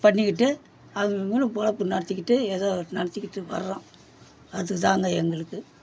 பண்ணிக்கிட்டு அது இதுனு பொழைப்பு நடத்திக்கிட்டு ஏதோ நடத்திக்கிட்டு வர்றோம் அதுதாங்க எங்களுக்கு